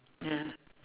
ya